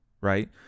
Right